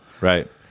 Right